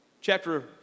chapter